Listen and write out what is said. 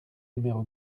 numéro